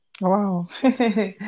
Wow